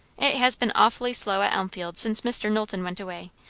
it has been awfully slow at elmfield since mr. knowlton went away.